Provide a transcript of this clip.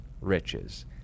riches